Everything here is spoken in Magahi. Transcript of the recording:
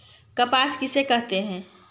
कपास किसे कहते हैं?